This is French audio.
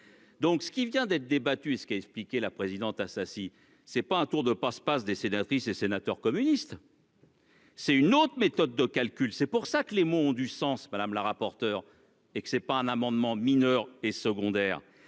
Donc ce qui vient d'être débattu et ce qu'a expliqué la présidente Assassi c'est pas un tour de passe-passe des sénatrices et sénateurs communistes. C'est une autre méthode de calcul. C'est pour ça que les mots ont du sens. Madame la rapporteure et que c'est pas un amendement mineur et secondaire